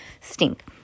Stink